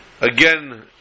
Again